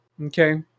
Okay